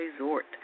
Resort